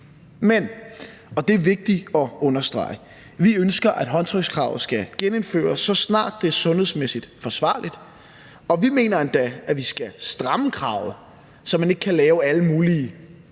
Men – og det er vigtigt at understrege – vi ønsker, at håndtrykskravet skal genindføres, så snart det er sundhedsmæssigt forsvarligt. Vi mener endda, at vi skal stramme kravet, så man ikke kan lave alle mulige